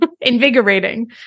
invigorating